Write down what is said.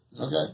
Okay